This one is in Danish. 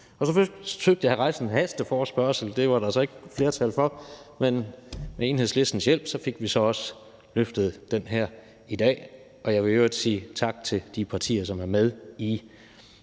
Så forsøgte jeg at stille en hasteforespørgsel; det var der så ikke flertal for, men med Enhedslistens hjælp fik vi så løftet den her i dag. Jeg vil i øvrigt sige tak til de partier, som er med i